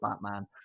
batman